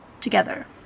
together